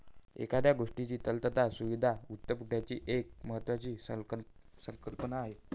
एखाद्या गोष्टीची तरलता हीसुद्धा वित्तपुरवठ्याची एक महत्त्वाची संकल्पना आहे